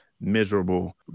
miserable